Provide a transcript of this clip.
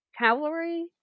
cavalry